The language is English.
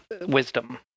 Wisdom